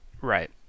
right